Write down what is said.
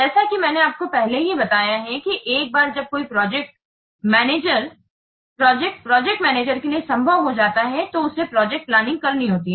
जैसा कि मैंने आपको पहले ही बताया है कि एक बार जब कोई प्रोजेक्ट प्रोजेक्ट मैनेजर के लिए संभव हो जाता है तो उसे प्रोजेक्ट प्लानिंग करनी होती है